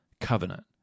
covenant